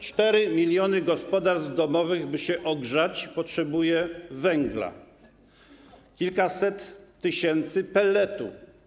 4 mln gospodarstw domowych, by się ogrzać, potrzebuje węgla, kilkaset tysięcy - pelletu.